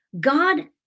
God